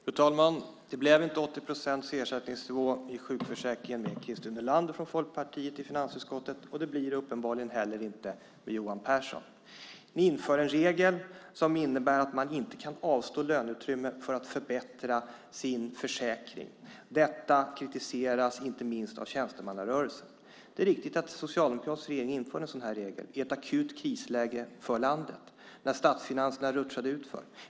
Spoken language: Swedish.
Fru talman! Det blev inte 80 procents ersättningsnivå i sjukförsäkringen med Christer Nylander från Folkpartiet i finansutskottet. Det blir det uppenbarligen inte heller med Johan Pehrson. Ni inför en regel som innebär att man inte kan avstå löneutrymme för att förbättra sin försäkring. Detta kritiseras av inte minst tjänstemannarörelsen. Det är riktigt att en socialdemokratisk regering införde en sådan regel i ett för landet akut krisläge, när statsfinanserna rutschade utför.